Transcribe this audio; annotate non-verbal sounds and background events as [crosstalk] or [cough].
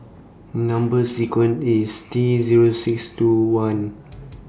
Number sequence IS T Zero six two one [noise]